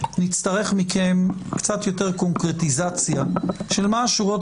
נצטרך מכם קצת יותר קונקרטיזציה של מה השורות